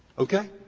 okay?